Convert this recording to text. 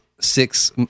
six